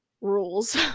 rules